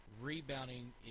rebounding